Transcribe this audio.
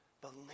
Believe